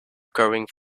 growing